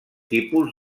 tipus